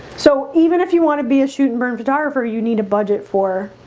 so even if you want to be a shoot and burn photographer you need to budget for